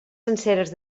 senceres